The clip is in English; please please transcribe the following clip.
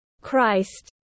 Christ